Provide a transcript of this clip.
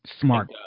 Smart